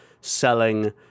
selling